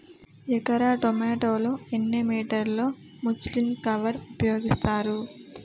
ఎకర టొమాటో లో ఎన్ని మీటర్ లో ముచ్లిన్ కవర్ ఉపయోగిస్తారు?